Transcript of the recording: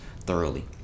thoroughly